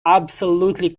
absolutely